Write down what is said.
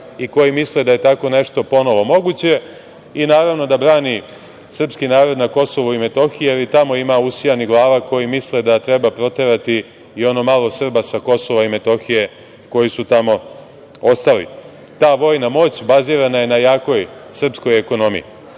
i koji misle da je tako nešto ponovo moguće. I, naravno, da brani srpski narod na Kosovu i Metohiji, jer i tamo ima usijanih glava koji misle da treba proterati i ono malo Srba sa Kosova i Metohije koji su tamo ostali. Ta vojna moć bazirana je na jakoj srpskoj ekonomiji. To